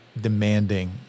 demanding